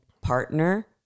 partner